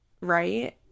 right